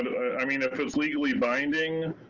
i mean, if it's legally binding,